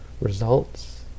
results